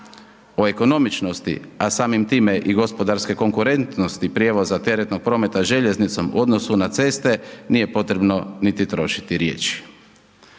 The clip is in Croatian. O ekonomičnosti, a samim time i gospodarske konkurentnosti prijevoza teretnog prometa željeznicom u odnosu na ceste nije potrebno niti trošiti riječi.